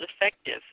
effective